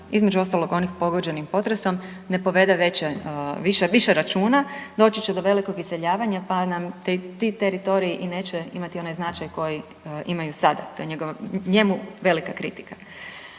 između ostalih, onih pogođenih potresom, ne povede više računa, doći će do velikog iseljavanja pa nam ti teritoriji i neće imati onaj značaj koji imaju sada, to je njemu velika kritika.